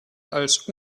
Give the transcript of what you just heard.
als